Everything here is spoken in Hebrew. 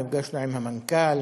ונפגשנו עם המנכ"ל,